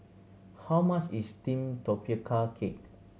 how much is steamed cake